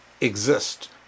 exist